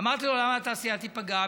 אמרתי לו: למה התעשייה תיפגע?